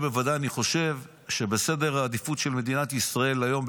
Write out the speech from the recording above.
ובוודאי ובוודאי אני חושב שבסדר העדיפות של מדינת ישראל היום,